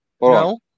No